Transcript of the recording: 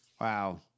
Wow